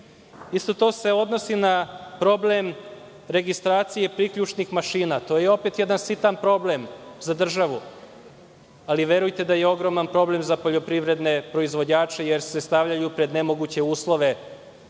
vi. Isto to se odnosi na problem registracije priključnih mašina. To je opet jedan sitan problem za državu, ali verujte da je ogroman problem sa poljoprivredne proizvođače, jer se stavljaju pred nemoguće uslove